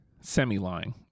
semi-lying